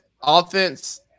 offense